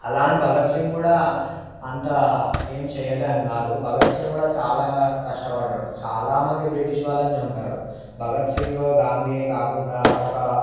అలా అని భగత్ సింగ్ కూడా అంత ఏం చేయాల అని కాదు భగత్ సింగ్ కూడా చాలా కష్టపడ్డాడు చాలామంది బ్రిటిష్ వాళ్ళని చంపాడు భగత్ సింగ్ గాంధీయే కాకుండా ఒక